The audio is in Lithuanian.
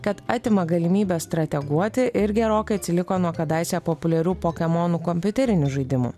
kad atima galimybę strateguoti ir gerokai atsiliko nuo kadaise populiarių pokemonų kompiuterinių žaidimų